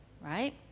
right